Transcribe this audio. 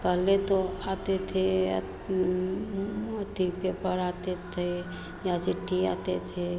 त पहले तो आते थे ओ तीर पेपर आते थे या चिठ्ठी आते थे